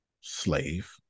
slave